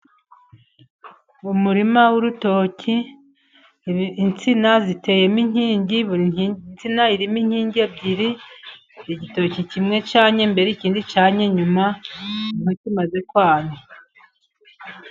Umurima w'urutoki, insina ziteyemo inkingi, buri nsina irimo inkingi ebyiri, igitoki kimwe cyanye mbere, ikindi cyanye nyuma, niho kimaze kwana.